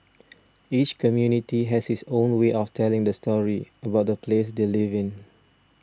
each community has its own way of telling the story about the place they live in